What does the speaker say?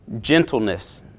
gentleness